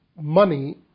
money